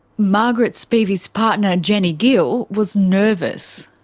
margaret spivey's partner jenny gill was nervous.